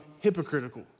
hypocritical